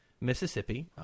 mississippi